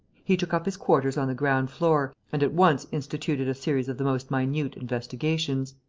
he took up his quarters on the ground-floor and at once instituted a series of the most minute investigations.